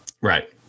Right